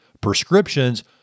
prescriptions